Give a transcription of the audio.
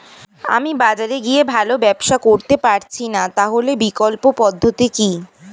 আমি বাজারে গিয়ে ভালো ব্যবসা করতে পারছি না তাহলে বিকল্প পদ্ধতি কি?